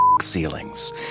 ceilings